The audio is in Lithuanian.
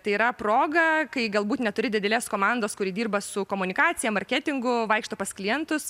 tai yra proga kai galbūt neturi didelės komandos kuri dirba su komunikacija marketingu vaikšto pas klientus